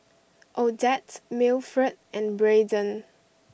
Odette Mildred and Brayden